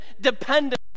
Dependent